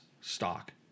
stock